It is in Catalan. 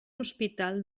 hospital